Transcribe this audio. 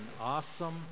awesome